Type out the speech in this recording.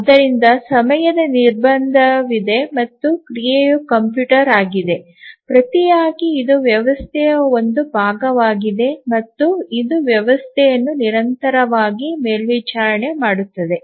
ಆದ್ದರಿಂದ ಸಮಯದ ನಿರ್ಬಂಧವಿದೆ ಮತ್ತು ಕ್ರಿಯೆಯು ಕಂಪ್ಯೂಟರ್ ಆಗಿದೆ ಪ್ರತಿಯಾಗಿ ಇದು ವ್ಯವಸ್ಥೆಯ ಒಂದು ಭಾಗವಾಗಿದೆ ಮತ್ತು ಇದು ವ್ಯವಸ್ಥೆಯನ್ನು ನಿರಂತರವಾಗಿ ಮೇಲ್ವಿಚಾರಣೆ ಮಾಡುತ್ತದೆ